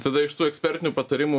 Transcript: tada iš tų ekspertinių patarimų